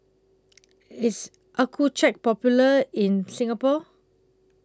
IS Accucheck Popular in Singapore